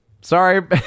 sorry